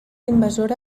invasora